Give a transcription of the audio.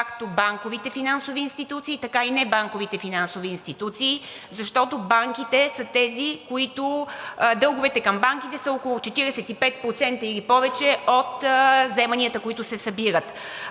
както банковите финансови институции, така и небанковите финансови институции, защото дълговете към банките са около 45%, или повече от вземанията, които се събират.